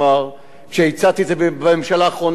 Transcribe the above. כשהצעתי את זה בישיבת הממשלה האחרונה,